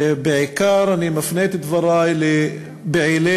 ובעיקר אני מפנה את דברי לפעילי,